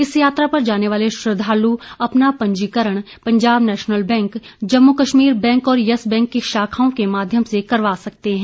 इस यात्रा पर जाने वाले श्रद्वालु अपना पंजीकरण Punjab National Bank Jammu Kashmir Bank और यस बैंक की शाखाओं के माध्यम से करवा सकते हैं